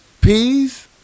Peas